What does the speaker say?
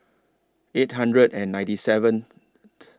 eight hundred and ninety seventh